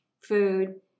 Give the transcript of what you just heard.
food